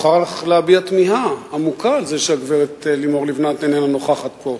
מוכרח להביע תמיהה עמוקה על זה שהגברת לימור לבנת איננה נוכחת פה.